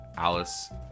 Alice